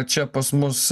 čia pas mus